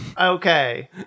Okay